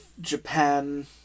Japan